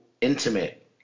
intimate